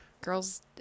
girls